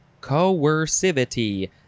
Coercivity